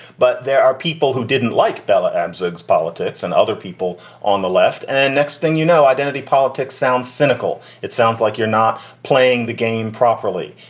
but there are people who didn't like bella abzug politics and other people on the left. and next thing you know, identity politics sounds cynical. it sounds like you're not playing the game properly.